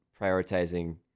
prioritizing